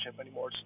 anymore